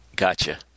Gotcha